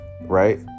Right